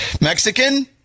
Mexican